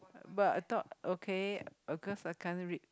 but I thought okay uh cause I can't read